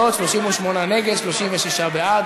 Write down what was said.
קראנו את התוצאות: 38 נגד, 36 בעד.